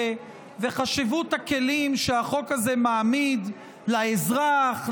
ואת חשיבות הכלים שהחוק הזה מעמיד לאזרח,